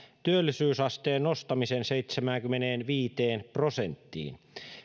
työllisyysasteen nostamisen seitsemäänkymmeneenviiteen prosenttiin